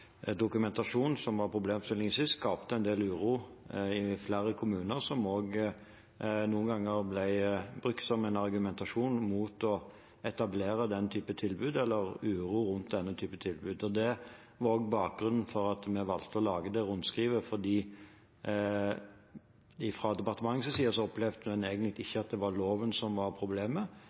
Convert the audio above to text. problemstillingen sist, skapte en del uro i flere kommuner, som noen ganger også ble brukt som argumentasjon mot å etablere den typen tilbud. Det var også bakgrunnen for at vi valgte å lage det rundskrivet, for fra departementets side opplevde vi at det egentlig ikke var loven som var problemet,